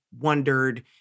wondered